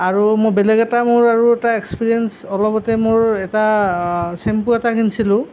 আৰু মোৰ বেলেগ এটা মোৰ আৰু এটা এক্সপিৰিয়েন্স অলপতে মোৰ এটা চেম্পু এটা কিনিছিলোঁ